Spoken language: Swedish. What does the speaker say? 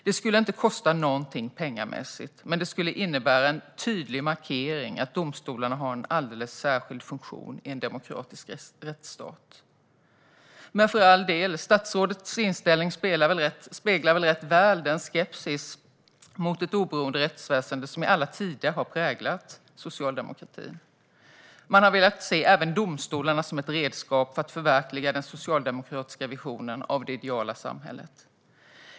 Det skulle inte kosta något pengamässigt, men det skulle innebära en tydlig markering av att domstolarna har en alldeles särskild funktion i en demokratisk rättsstat. Men för all del - statsrådets inställning speglar rätt väl den skepsis mot ett oberoende rättsväsen som i alla tider har präglat socialdemokratin. Man har velat se även domstolarna som ett redskap för att förverkliga den socialdemokratiska visionen av det ideala samhället.